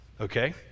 okay